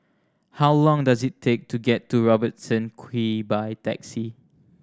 how long does it take to get to Robertson Quay by taxi